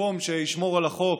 מקום שישמור על החוק